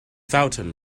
fountain